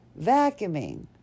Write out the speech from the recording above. vacuuming